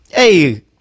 Hey